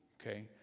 okay